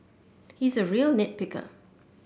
he is a real nit picker